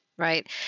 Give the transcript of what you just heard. right